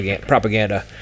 propaganda